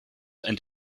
and